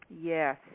yes